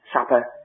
supper